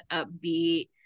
upbeat